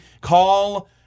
Call